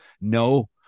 No